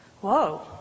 Whoa